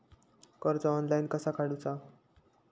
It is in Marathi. कर्ज ऑनलाइन कसा काडूचा?